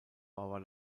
war